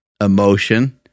emotion